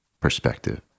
perspective